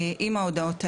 עם ההודעות האלה.